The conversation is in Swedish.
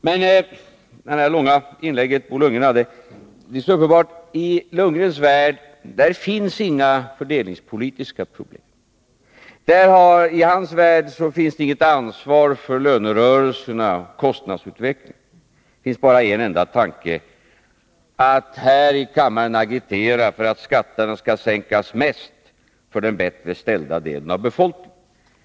Men det långa inlägg Bo Lundgren gjorde visade att det är uppenbart att det i Bo Lundgrens värld inte finns några fördelningspolitiska problem. I hans värld finns inget ansvar för lönerörelserna eller kostnadsutvecklingen. Det finns bara en enda tanke, nämligen att här i kammaren agitera för att skatterna skall sänkas mest för den del av befolkningen som har det bättre ställt.